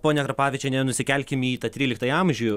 ponia karpavičiene nusikelkim į tą tryliktąjį amžių